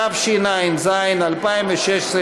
התשע"ז 2016,